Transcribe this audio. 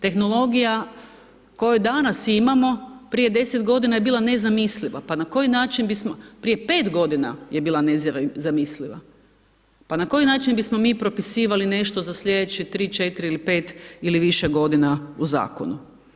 Tehnologija koju danas imamo prije 10 godina je bila nezamisliva, pa na koji način bismo, prije 5 godina je bila nezamisliva, pa na koji način bismo mi propisivali za slijedeće 3, 4 ili 5 ili više godina u zakonu.